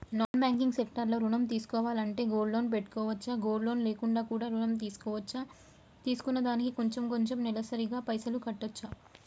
Non banking sector లో ఋణం తీసుకోవాలంటే గోల్డ్ లోన్ పెట్టుకోవచ్చా? గోల్డ్ లోన్ లేకుండా కూడా ఋణం తీసుకోవచ్చా? తీసుకున్న దానికి కొంచెం కొంచెం నెలసరి గా పైసలు కట్టొచ్చా?